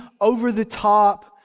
over-the-top